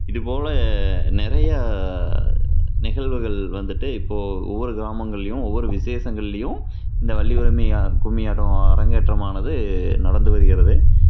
இதுபோல் நிறையா நிகழ்வுகள் வந்துவிட்டு இப்போது ஒவ்வொரு கிராமங்கள்லேயும் ஒவ்வொரு விசேஷங்கள்லேயும் இந்த வள்ளிக்கும்மி கும்மியாட்டம் அரங்கேற்றமானது நடந்து வருகிறது